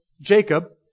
Jacob